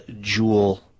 Jewel